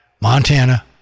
Montana